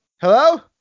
hello